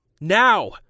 Now